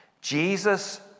Jesus